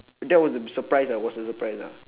that was a surprise I was uh surprised ah